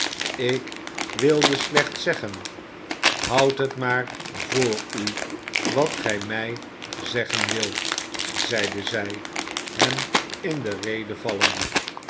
ik wilde slechts zeggen houd het maar voor u wat gij mij zeggen wilt zeide zij hem in de rede vallende